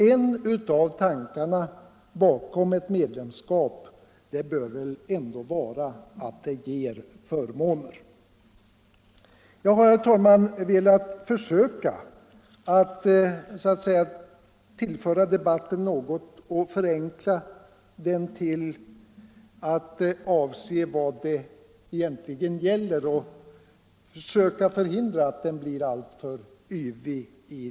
En av tankarna bakom ett medlemskap bör väl ändå vara att det skall ge förmåner. Jag har, herr talman, velat försöka tillföra debatten någonting och förenkla den till att avse vad det egentligen gäller och förhindra att den blir alltför yvig.